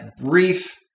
brief